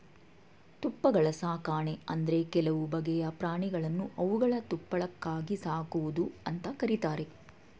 ತುಪ್ಪಳ ಸಾಕಣೆ ಅಂದ್ರೆ ಕೆಲವು ಬಗೆಯ ಪ್ರಾಣಿಗಳನ್ನು ಅವುಗಳ ತುಪ್ಪಳಕ್ಕಾಗಿ ಸಾಕುವುದು ಅಂತ ಕರೀತಾರೆ